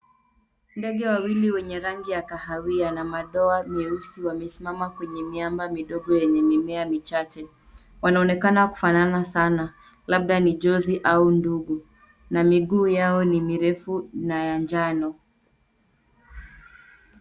Ndege wawili wenye rangi ya kahawia na madoa meusi wamesimama kwneye miamba midogo yenye mimea michache. Wanaonekana kufanana sana labda ni jozi au ndugu na miguu yao ni mirefu na ya njano.